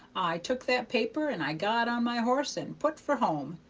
i took that paper, and i got on my horse and put for home,